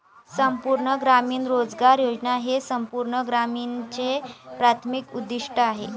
संपूर्ण ग्रामीण रोजगार योजना हे संपूर्ण ग्रामीणचे प्राथमिक उद्दीष्ट आहे